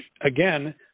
again